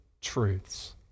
truths